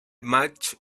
match